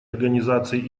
организации